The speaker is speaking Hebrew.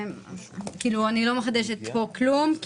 אני לא מחדשת פה כלום,